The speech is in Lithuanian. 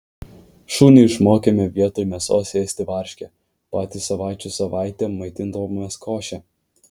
šunį išmokėme vietoj mėsos ėsti varškę patys savaičių savaitėm maitindavomės koše